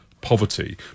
poverty